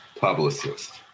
publicist